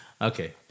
Okay